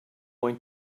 going